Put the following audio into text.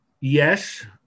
yes